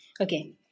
Okay